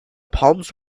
palms